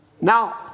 Now